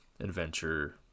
adventure